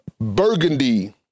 burgundy